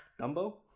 Dumbo